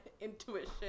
intuition